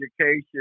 education